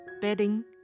bedding